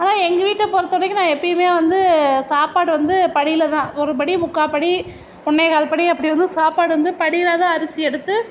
ஆனால் எங்கள் வீட்டை பொருத்த வரைக்கும் நான் எப்பயுமே வந்து சாப்பாடு வந்து படியில் தான் ஒரு படி முக்காபடி ஒன்னேகால் படி அப்படி இருந்தும் சாப்பாடு வந்து படியில் தான் அரிசி எடுத்து